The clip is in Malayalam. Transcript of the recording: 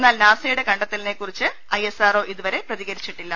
എന്നാൽ നാസയുടെ കണ്ടെത്തലിനെ കുറിച്ച് ഐഎസ് ആർ ഒ ഇതുവരെ പ്രതികരിച്ചിട്ടില്ല